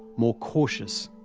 more cautious,